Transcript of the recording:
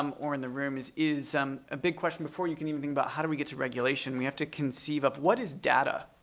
um or in the room, is a um big question, before you can even think about how do we get to regulation, we have to conceive of what is data